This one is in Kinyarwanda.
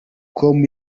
com